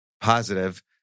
positive